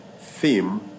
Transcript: theme